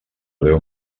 deu